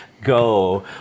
go